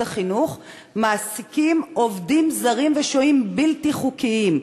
החינוך מעסיקות עובדים זרים ושוהים בלתי חוקיים.